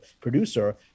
producer